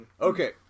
Okay